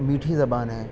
میٹھی زبان ہے